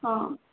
ହଁ